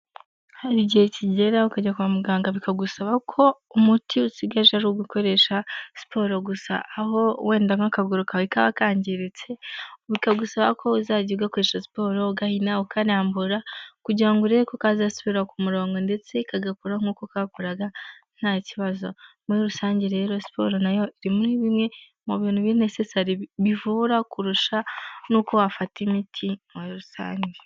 Hari igihe kigera ukajya kwa muganga bikagusaba ko umuti usigaje ariugukoresha siporo gusa. Aho wenda nk'akaguru kawe kaba kangiritse bikagusaba ko uzajya ugakoresha siporo ugahina, ukarambura kugira ngo urebe ko kazasubira ku murongo ndetse kagakora nk'uko kakoraga nta kibazo. Muri rusange rero siporo na yo iri muri bimwe mu bintu biri necessary bivura kurusha n'uko wafata imiti muri rusange.